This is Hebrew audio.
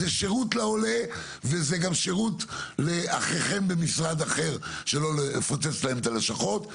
זה שירות לעולה וזה גם שירות לאחיכם במשרד אחר שלא לפוצץ להם את הלשכות.